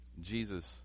Jesus